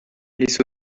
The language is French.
les